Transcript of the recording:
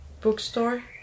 bookstore